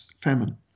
famine